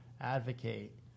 advocate